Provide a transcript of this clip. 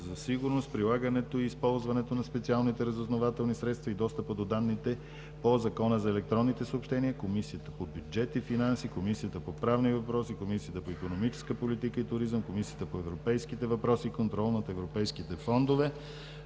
за сигурност, прилагането и използването на специалните разузнавателни средства и достъпа до данните по Закона за електронните съобщения, Комисията по бюджет и финанси, Комисията по правни въпроси, Комисията по икономическа политика и туризъм, Комисията по европейските въпроси и контрол на европейските фондове.